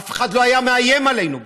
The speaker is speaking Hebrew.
אף אחד לא היה מאיים עלינו בכלל,